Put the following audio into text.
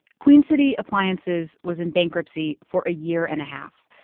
queen city appliances was in bankruptcy for a year and a half.